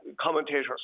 commentators